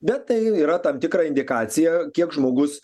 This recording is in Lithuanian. bet tai yra tam tikra indikacija kiek žmogus